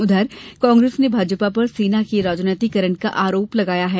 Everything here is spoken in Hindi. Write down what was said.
उधर कांग्रेस ने भाजपा पर सेना के राजनीतिकरण का आरोप लगाया है